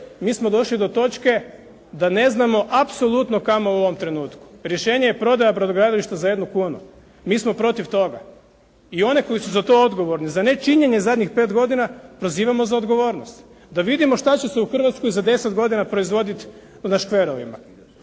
mi smo došli do točke da ne znamo apsolutno kamo u ovom trenutku. Rješenje je prodaja brodogradilišta za jednu kunu. Mi smo protiv toga. I one koji su za to odgovorni, za nečinjenje zadnjih pet godina prozivamo za odgovornost, da vidimo šta će se u Hrvatskoj za deset godina proizvoditi na škverovima,